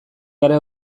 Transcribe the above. gara